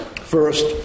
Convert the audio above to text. First